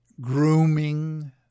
grooming